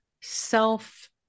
self